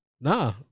Nah